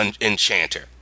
Enchanter